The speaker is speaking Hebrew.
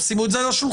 שימו את זה על השולחן.